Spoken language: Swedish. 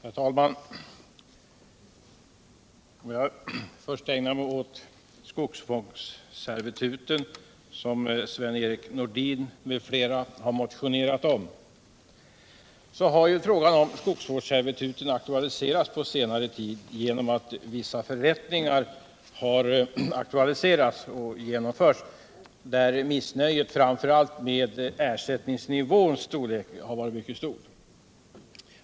Herr talman! Jag vill först ägna mig åt skogsfångsservituten, som Sven Erik Nordin m.fl. har motionerat om. Frågan om skogsfångsservituten har ju aktualiserats på senare tid genom att vissa förbättringar genomförts, där missnöjet framför allt med ersättningsnivån varit mycket stort.